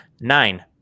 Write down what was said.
nine